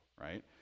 Right